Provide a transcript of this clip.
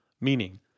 meaning